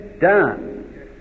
done